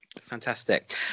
fantastic